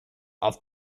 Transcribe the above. off